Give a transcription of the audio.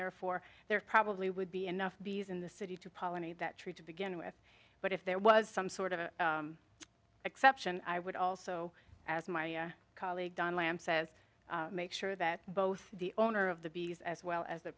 therefore there probably would be enough bees in the city to pollinate that tree to begin with but if there was some sort of exception i would also as my colleague don lamb says make sure that both the owner of the bees as well as